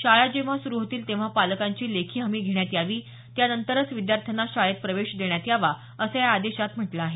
शाळा जेव्हा सुरु होतील तेव्हा पालकांची लेखी हमी घेण्यात यावी त्यानंतरच विद्यार्थ्यांना शाळेत प्रवेश देण्यात यावा असं या आदेशात म्हटलं आहे